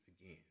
again